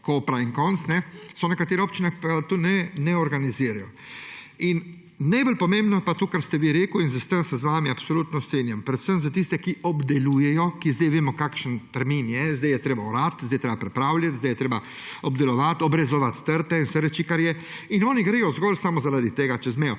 nekatere občine tega ne organizirajo. Najbolj pomembno je pa to, kar ste vi rekli, in o tem se z vami absolutno strinjam: predvsem za tiste, ki obdelujejo. Ker vemo, kakšen termin je zdaj, zdaj je treba orati, zdaj je treba pripravljati, zdaj je treba obdelovati, obrezovati trte in vse reči, kar jih je, in oni gredo samo zaradi tega čez mejo.